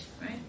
right